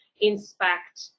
inspect